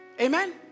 Amen